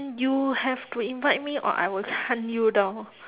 you have to invite me or I will hunt you down